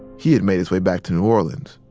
he had made his way back to new orleans.